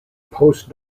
post